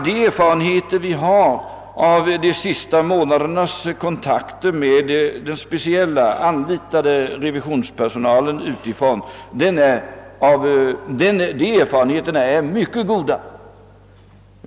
De erfarenheter vi har av de senaste månadernas kontakter med den speciella, utifrån anlitade revisionspersonalen är emellertid mycket goda.